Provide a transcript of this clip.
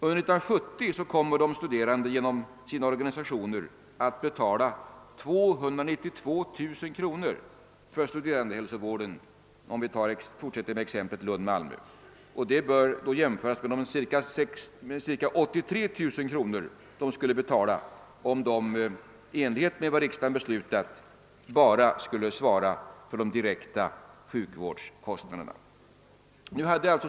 Under 1970 kommer de studerande att genom sina organisationer betala 292000 kr. för studerandehälsovården i Lund—Malmö, vilket bör jämföras med de ca 83 000 kr. de skulle betala om de i enlighet med vad riksdagen beslutat bara skulle svara för de direkta sjukvårdskostnaderna.